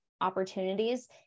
opportunities